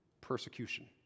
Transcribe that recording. persecution